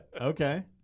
Okay